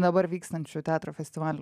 dabar vykstančių teatro festivalių